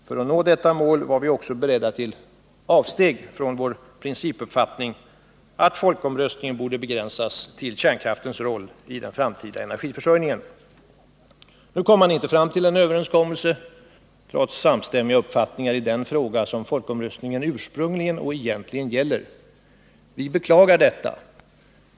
För att nå detta mål var vi också beredda till avsteg från vår principuppfattning att folkomröstningen borde begränsas till kärnkraftens roll i den framtida energiförsörjningen. Nu kom man inte fram till en överenskommelse trots samstämmiga uppfattningar i den fråga som folkomröstningen ursprungligen och egentligen gäller. Vi beklagar detta.